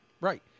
Right